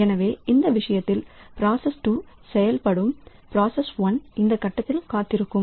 எனவே அந்த விஷயத்தில் பிராசஸ்2 செயல்படும் பிராசஸ் 1இந்த கட்டத்தில் காத்திருக்கும்